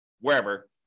wherever